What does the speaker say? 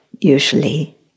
usually